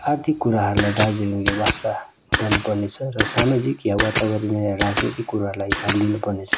आर्थिक कुराहरूलाई दार्जिलिङले वास्ता गर्नुपर्नेछ र सामाजिक या वातावरणीय राजनीतिक कुराहरूलाई ध्यान दिनुपर्नेछ